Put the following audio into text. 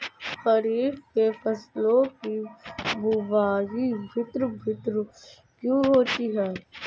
खरीफ के फसलों की बुवाई भिन्न भिन्न क्यों होती है?